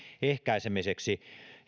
ehkäisemiseksi